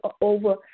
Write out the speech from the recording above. over